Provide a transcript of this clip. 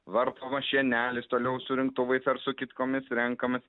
vartomas šienelis toliau surinktuvai per su kitkomis renkamas